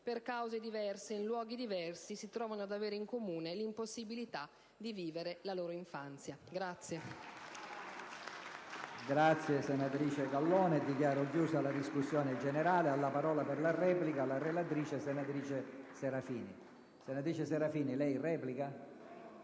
per cause diverse e in luoghi diversi, si trovano ad avere in comune l'impossibilità di vivere la loro infanzia.